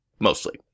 mostly